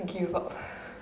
okay what